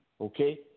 Okay